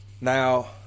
Now